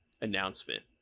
announcement